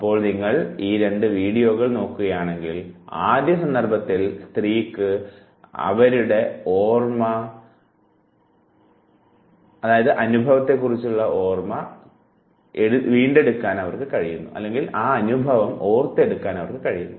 ഇപ്പോൾ നിങ്ങൾ ഈ രണ്ട് വീഡിയോകൾ നോക്കുകയാണെങ്കിൽ ആദ്യ സന്ദർഭത്തിൽ സ്ത്രീക്ക് അവളുടെ അനുഭവം ഓർമ്മിക്കാൻ കഴിയുന്നു